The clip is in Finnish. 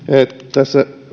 tässä